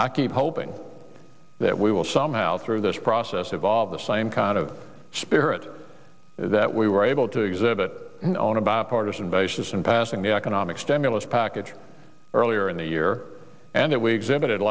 i keep hoping that we will somehow through this process evolve the same kind of spirit that we were able to exhibit on a bipartisan basis in passing the economic stimulus package earlier in the year and that we exhibited